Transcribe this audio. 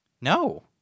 No